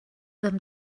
them